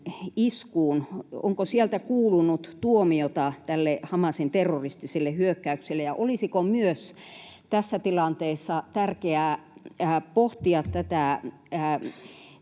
Onko sieltä kuulunut tuomiota tälle Hamasin terroristiselle hyökkäykselle, ja olisiko myös tässä tilanteessa tärkeää pohtia tätä